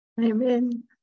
amen